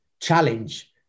challenge